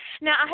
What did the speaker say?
Now